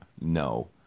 no